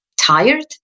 tired